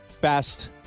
best